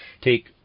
Take